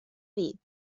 dit